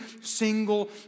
single